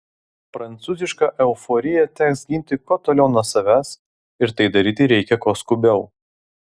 prancūzišką euforiją teks ginti kuo toliau nuo savęs ir tai daryti reikia kuo skubiau